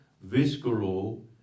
visceral